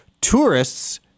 tourists